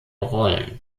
rollen